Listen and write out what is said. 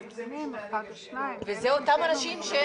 אבל יכול להיות מצב